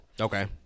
Okay